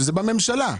שזה בממשלה.